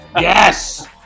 Yes